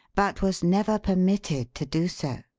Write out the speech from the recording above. but was never permitted to do so.